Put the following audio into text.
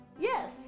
yes